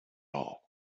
all